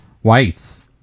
whites